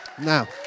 Now